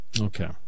Okay